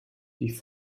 die